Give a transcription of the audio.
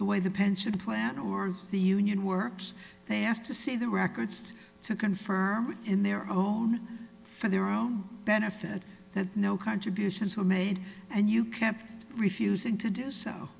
the way the pension plan or the union works they asked to see the records to confirm it in their own for their own benefit that no contributions were made and you kept refusing to do so